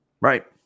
Right